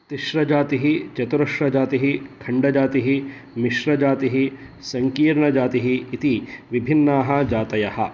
तिश्रजातिः चतुरश्रजातिः खण्डजातिः मिश्रजातिः सङ्कीर्णजातिः इति विभिन्नाः जातयः